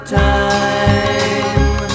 time